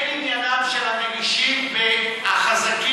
אין עניינם של המגישים בחזקים,